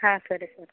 ಹಾಂ ಸರಿ ಸರ್